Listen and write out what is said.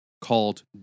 called